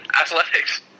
Athletics